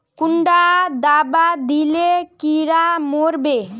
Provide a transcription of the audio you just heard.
कुंडा दाबा दिले कीड़ा मोर बे?